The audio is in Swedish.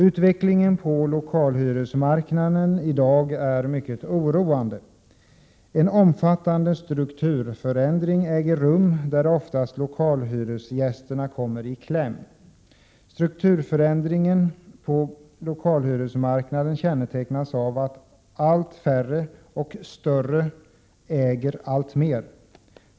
Utvecklingen på lokalhyresmarknaden är i dag mycket oroande. En omfattande strukturförändring äger rum, och den gör att lokalhyresgästerna ofta kommer i kläm. Strukturförändringen på lokalhyresmarknaden kännetecknas av att allt färre och större äger alltmer.